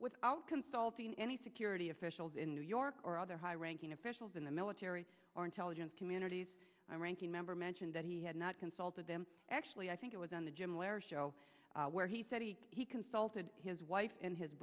without consulting any security officials in new york or other high ranking officials in the military or intelligence communities ranking member mentioned that he had not consulted them actually i think it was on the jim lehrer show where he said he consulted his wife and his